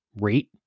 rate